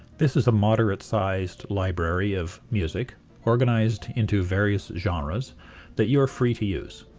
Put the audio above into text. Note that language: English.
this is a moderate-sized library of music organized into various genres that you are free to use.